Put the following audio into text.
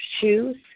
shoes